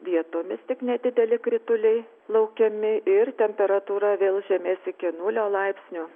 vietomis tik nedideli krituliai laukiami ir temperatūra vėl žemės iki nulio laipsnių